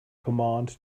command